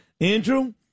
Andrew